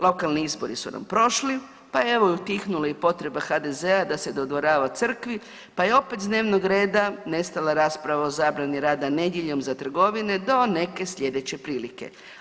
Lokalni izbori su nam prošli, pa je evo utihnula i potreba HDZ-a da se dodvorava crkvi pa je opet s dnevnog reda nestala rasprava o zabrani rada nedjeljom za trgovine do neke slijedeće prilike.